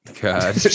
God